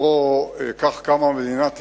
בספר "כך קמה מדינת ישראל"